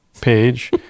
page